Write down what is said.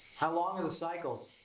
how long are the cycles?